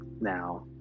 now